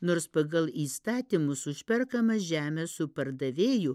nors pagal įstatymus už perkamą žemę su pardavėju